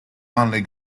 only